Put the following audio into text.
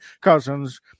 Cousins